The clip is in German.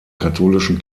katholischen